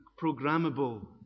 programmable